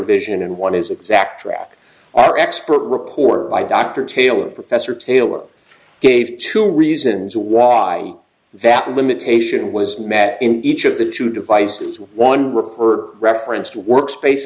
vision and one is exactly at our expert report by dr taylor professor taylor gave two reasons why that limitation was met in each of the two devices one refer referenced workspace